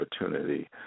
opportunity